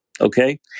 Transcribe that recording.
Okay